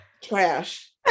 Trash